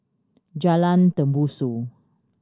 Jalan Tembusu